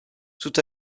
tout